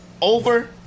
over